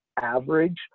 average